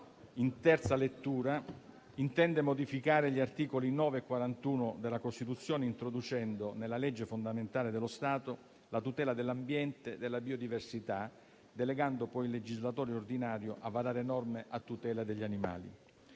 in terza lettura intende modificare gli articoli 9 e 41 della Costituzione, introducendo nella legge fondamentale dello Stato la tutela dell'ambiente e della biodiversità, delegando poi il legislatore ordinario a varare norme a tutela degli animali.